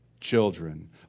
children